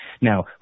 Now